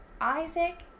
Isaac